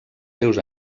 seus